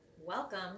Welcome